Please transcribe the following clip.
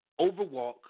overwalk